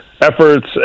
efforts